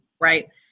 right